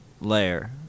layer